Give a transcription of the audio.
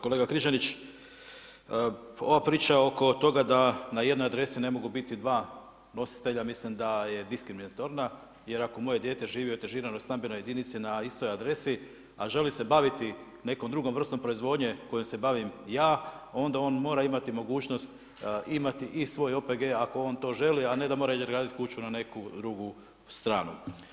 Kolega Križanić, ova priča oko toga da na jednoj adresi ne mogu biti dva nositelja, mislim da je diskriminatorna jer ako moje dijete živi na etažiranoj stambenoj jedinici na istoj adresi, a želi se baviti nekom drugom vrstom proizvodnje kojom se bavim ja, onda on mora imati mogućnost imati i svoj OPG ako on to želi, a ne da mora ići graditi kuću na drugu stranu.